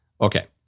Okay